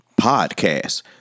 podcast